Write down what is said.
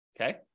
Okay